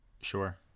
Sure